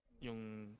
Yung